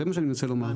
זה מה שאני רוצה לומר.